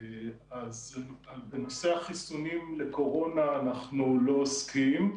בנושא החיסונים לקורונה אנחנו לא עוסקים.